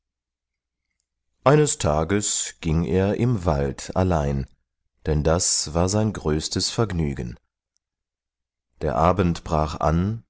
eines tages ging er im wald allein denn das war sein größtes vergnügen der abend brach an